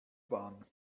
bahn